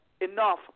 enough